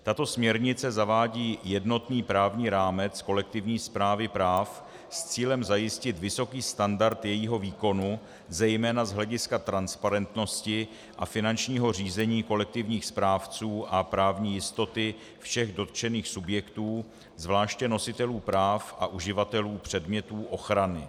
Tato směrnice zavádí jednotný právní rámec kolektivní správy práv s cílem zajistit vysoký standard jejího výkonu zejména z hlediska transparentnosti a finančního řízení kolektivních správců a právní jistoty všech dotčených subjektů, zvláště nositelů práv a uživatelů předmětů ochrany.